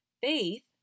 Faith